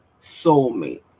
soulmate